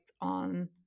on